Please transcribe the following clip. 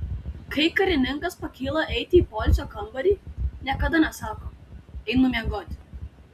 kai karininkas pakyla eiti į poilsio kambarį niekada nesako einu miegoti